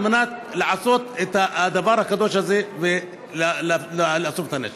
על מנת לעשות את הדבר הקדוש הזה ולאסוף את הנשק?